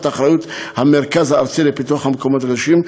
אחריות המרכז הארצי לפיתוח המקומות הקדושים,